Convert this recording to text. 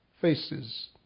faces